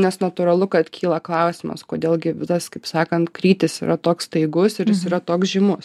nes natūralu kad kyla klausimas kodėl gi vidas kaip sakant krytis yra toks staigus ir jis yra toks žymus